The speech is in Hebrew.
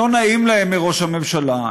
לא נעים להם מראש הממשלה,